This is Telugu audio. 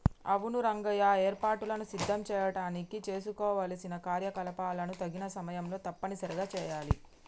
అవును రంగయ్య ఏర్పాటులను సిద్ధం చేయడానికి చేసుకోవలసిన కార్యకలాపాలను తగిన సమయంలో తప్పనిసరిగా సెయాలి